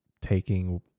taking